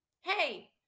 Hey